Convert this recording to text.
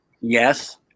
Yes